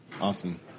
Awesome